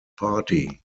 party